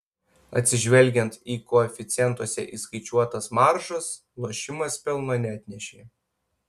atsižvelgiant į koeficientuose įskaičiuotas maržas lošimas pelno neatnešė